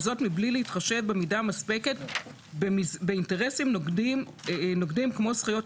וזאת מבלי להתחשב במידה מספקת באינטרסים נוגדים כמו זכויות